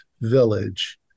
village